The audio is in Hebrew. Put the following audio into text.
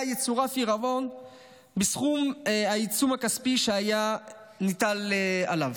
שאליה יצורף עירבון בסכום העיצום הכספי שהיה מוטל עליו.